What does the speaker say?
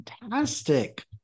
Fantastic